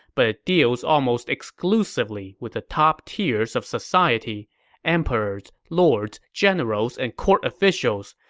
but it deals almost exclusively with the top tiers of society emperors, lords, generals, and court officials.